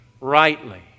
rightly